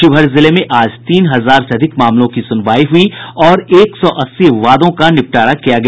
शिवहर जिले में आज तीन हजार से अधिक मामलों की सुनवाई हुई और एक सौ अस्सी वादों का निपटारा किया गया